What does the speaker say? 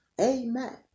Amen